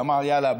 ואמר: יאללה,